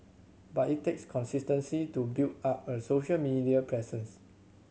but it takes consistency to build up a social media presence